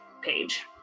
page